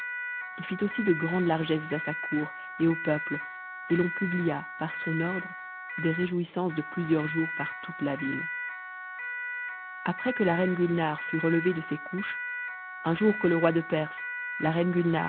il fit aussi de sondes largesses à sa cour et au peuple et l'on publia par son ordre des jouissances de plusieurs jours par toute la ville c tune en arahe c h après que la reine guinare fut relevée de ses couches un jour que le t oi de perse la reine